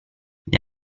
gli